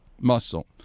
muscle